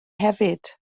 hefyd